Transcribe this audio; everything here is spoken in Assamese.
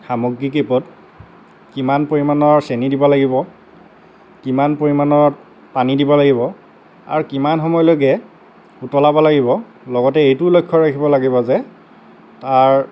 সামগ্ৰীকেইপদ কিমান পৰিমাণত চেনি দিব লাগিব কিমান পৰিমাণত পানী দিব লাগিব আৰু কিমান সময় লৈকে উতলাব লাগিব লগতে এইটোও লক্ষ্য ৰাখিব লাগিব যে তাৰ